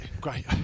great